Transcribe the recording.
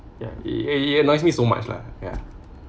ya it it annoys me so much lah